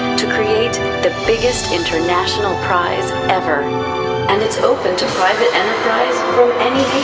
to create the biggest international prize ever and it's open to private enterprise from any